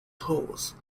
toads